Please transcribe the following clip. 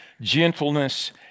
gentleness